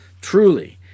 truly